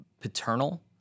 paternal